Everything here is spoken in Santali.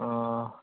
ᱚ